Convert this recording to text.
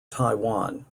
taiwan